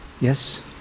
Yes